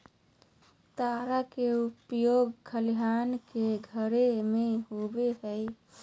तार के उपयोग खलिहान के घेरे में होबो हइ